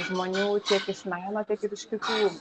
žmonių tiek iš meno tiek ir iš kitų